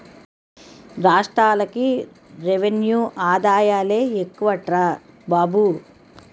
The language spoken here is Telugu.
రాష్ట్రాలకి రెవెన్యూ ఆదాయాలే ఎక్కువట్రా బాబు